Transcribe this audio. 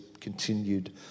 continued